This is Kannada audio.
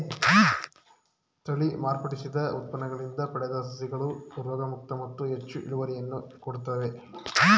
ತಳಿ ಮಾರ್ಪಡಿಸಿದ ಉತ್ಪನ್ನಗಳಿಂದ ಪಡೆದ ಸಸಿಗಳು ರೋಗಮುಕ್ತ ಮತ್ತು ಹೆಚ್ಚು ಇಳುವರಿಯನ್ನು ಕೊಡುತ್ತವೆ